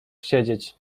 siedzieć